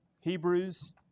Hebrews